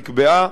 נקבעה